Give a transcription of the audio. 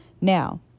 Now